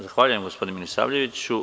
Zahvaljujem, gospodine Milisavljeviću.